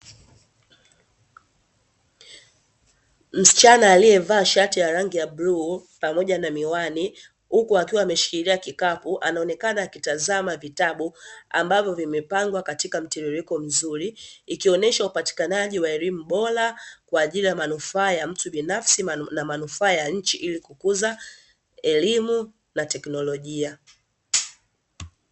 Msichana aliyevaa shati la rangi ya bluu pamoja na miwani, huku akiwa ameshikilia kikapu, anaonekana akitazama vitabu ambavyo vimepangwa katika mtiririko mzuri, ikionesha upatikanaji wa elimu bora kwa ajili ya manufaa ya mtu binafsi na manufaa ya nchi ili kukuza elimu na teknolojia.